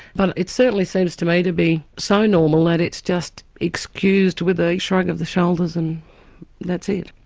but it certainly seems to me to be so normal that it's just excused with a shrug of the shoulders, and that's it.